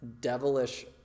devilish